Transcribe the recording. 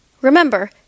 Remember